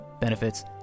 benefits